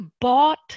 bought